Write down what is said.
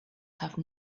have